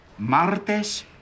martes